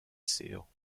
seal